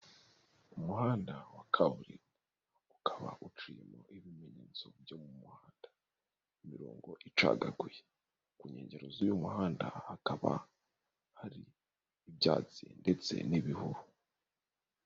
Umuhanda wa kaburimbo ukaba uciyerimo ibimenyetso byo mu muhanda imirongo icagaguye, ku nkengero z'uyu muhanda hakaba hari ibyatsi ndetse n'ibihuru.